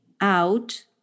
out